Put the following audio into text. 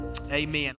Amen